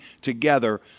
together